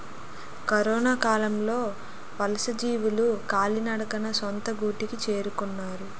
కరొనకాలంలో వలసజీవులు కాలినడకన సొంత గూటికి చేరుకున్నారు